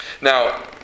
Now